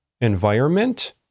environment